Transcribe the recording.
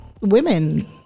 women